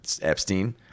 Epstein